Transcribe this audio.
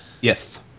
Yes